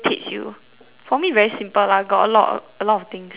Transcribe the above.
for me very simple lah got a lot got a lot of things